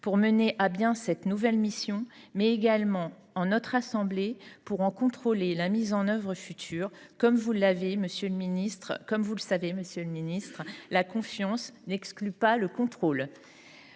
pour mener à bien cette nouvelle mission, mais également à notre assemblée pour en contrôler la mise en œuvre future : la confiance n’exclut pas le contrôle